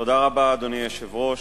אדוני היושב-ראש,